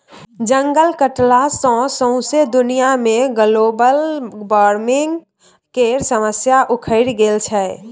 जंगल कटला सँ सौंसे दुनिया मे ग्लोबल बार्मिंग केर समस्या उखरि गेल छै